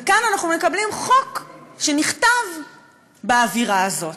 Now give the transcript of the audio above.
וכאן אנחנו מקבלים חוק שנכתב באווירה הזאת.